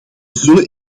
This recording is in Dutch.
zullen